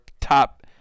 top